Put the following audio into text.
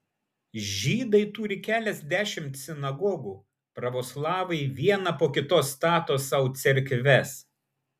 žydai turi keliasdešimt sinagogų pravoslavai vieną po kitos stato sau cerkves